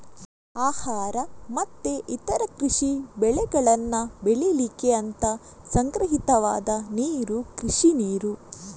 ಆಹಾರ ಮತ್ತೆ ಇತರ ಕೃಷಿ ಬೆಳೆಗಳನ್ನ ಬೆಳೀಲಿಕ್ಕೆ ಅಂತ ಸಂಗ್ರಹಿತವಾದ ನೀರು ಕೃಷಿ ನೀರು